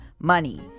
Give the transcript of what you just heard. money